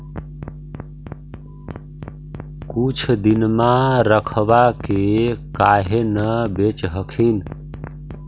कुछ दिनमा रखबा के काहे न बेच हखिन?